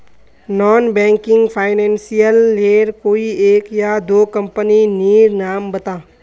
Non banking financial लेर कोई एक या दो कंपनी नीर नाम बता?